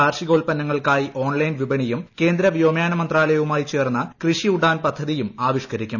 കാർഷികോൽപന്നങ്ങൾക്കായി online വിപണിയും ് കേന്ദ്ര വ്യോമയാന മന്ത്രാലയവുമായി ചേർന്ന് കൃഷി ഉഡാൻ പദ്ധതിയും ആവിഷ്കരിക്കും